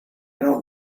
don’t